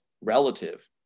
relative